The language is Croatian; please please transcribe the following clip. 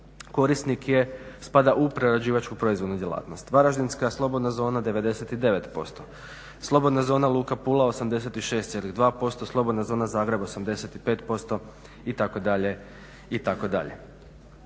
korisnik, spada u prerađivačko proizvodnu djelatnost. Varaždinska slobodna zona 99%, slobodna zona luka Pula 86,2%, slobodna zona Zagreb 85% itd.,